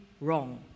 wrong